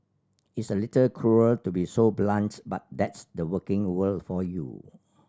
it's a little cruel to be so blunt but that's the working world for you